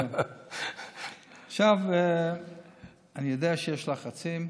אני יודע שיש לחצים.